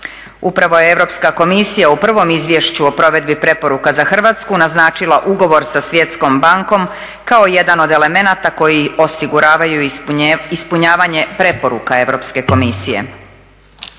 Upravo je Europska komisija u prvom izvješću o provedbi preporuka za Hrvatsku naznačila ugovor sa svjetskom bankom kao jedan od elemenata koji osiguravaju ispunjavanje preporuka Europske komisije.